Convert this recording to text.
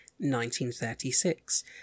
1936